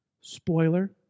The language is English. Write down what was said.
Spoiler